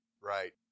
Right